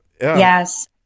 Yes